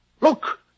Look